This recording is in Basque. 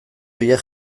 horiek